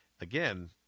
again